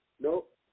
Nope